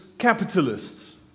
capitalists